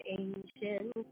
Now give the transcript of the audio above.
ancient